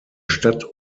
stadt